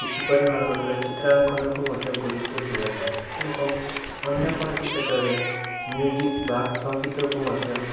କିଛି ପରିମାଣ ମାତ୍ରାରେ ଚିତ୍ରାଙ୍କନକୁ ମଧ୍ୟ ଗୁରୁତ୍ୱ ଦିଆଯାଏ ଏବଂ ଅନ୍ୟ କୌଣସି କ୍ଷେତ୍ରରେ ମ୍ୟୁଜିକ୍ ବା ସଙ୍ଗୀତକୁ ମଧ୍ୟ